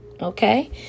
Okay